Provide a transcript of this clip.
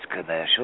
commercial